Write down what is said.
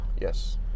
yes